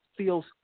feels